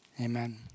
Amen